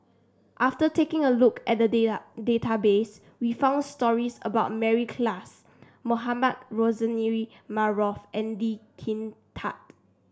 after taking a look at the data database we found stories about Mary Klass Mohamed Rozani Maarof and Lee Kin Tat